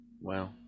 wow